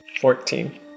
Fourteen